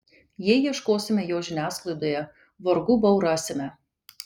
jei ieškosime jo žiniasklaidoje vargu bau rasime